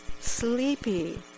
sleepy